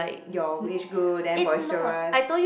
your age group damn boisterous